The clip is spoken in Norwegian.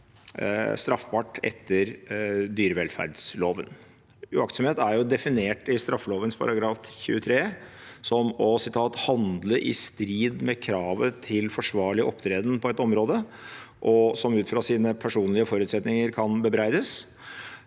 straffbart etter dyrevelferdsloven. Uaktsomhet er definert i straffeloven § 23 som en som «handler i strid med kravet til forsvarlig opptreden på et område, og som ut fra sine personlige forutsetninger kan bebreides»,